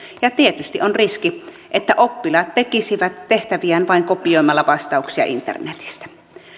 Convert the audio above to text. ja tietysti on riski että oppilaat tekisivät tehtäviään vain kopioimalla vastauksia internetistä